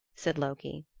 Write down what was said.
said loki.